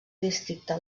districte